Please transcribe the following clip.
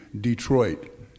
Detroit